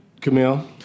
Camille